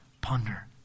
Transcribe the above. ponder